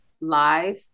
live